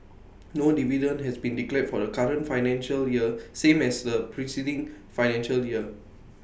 no dividend has been declared for the current financial year same as the preceding financial year